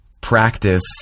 practice